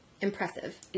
Impressive